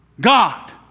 God